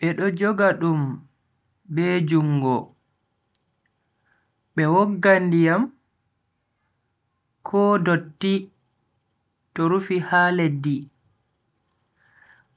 Bedo joga dum be jungo be wogga ndiyam ko dotti to rufi ha leddi.